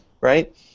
right